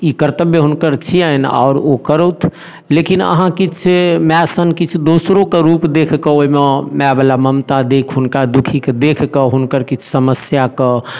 ई कर्तव्य हुनकर छिअनि आओर ओ करथि लेकिन अहाँ किछु माए सन किछु दोसरो कऽ रूप देखि कऽ ओहिमे माए बला ममता देखि हुनका दुखी कऽ देखि कऽ हुनकर किछु समस्या कऽ